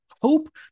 hope